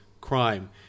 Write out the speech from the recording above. crime